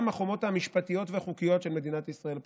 גם החומות המשפטיות והחוקיות של מדינת ישראל פרוצות.